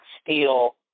steal